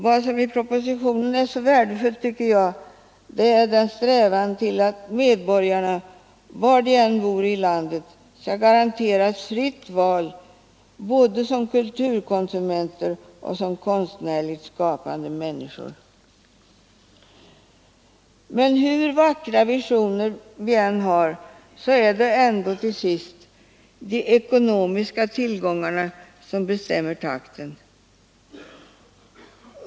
Vad jag tycker är så värdefullt i propositionen är dess strävan till att medborgarna, var de än bor i landet, skall garanteras fritt val både som kulturkonsumenter och som konstnärligt skapande människor. Men hur vackra visioner man än har, så är det ändå, till sist, de ekonomiska tillgångarna som bestämmer takten.